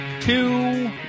two